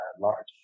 large